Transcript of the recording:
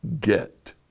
get